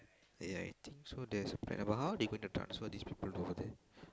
ya I think so there's a plan but how they are going to transfer these people over there